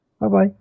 Bye-bye